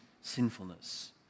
sinfulness